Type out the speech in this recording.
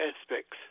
aspects